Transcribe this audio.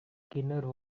skinner